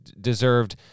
deserved